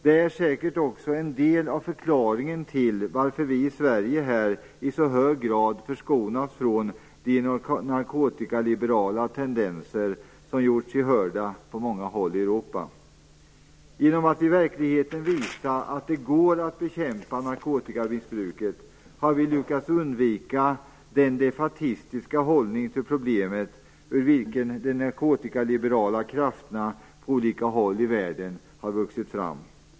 Det är säkert också en del av förklaringen till att vi i Sverige i så hög grad har förskonats från de narkotikaliberala tendenser som gjort sig hörda på många håll i Europa. Genom att i verkligheten visa att det går att bekämpa narkotikamissbruket har vi lyckats undvika den defaitistiska hållning till problemet ur vilken de narkotikaliberala krafterna på olika håll i världen har vuxit fram.